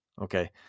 Okay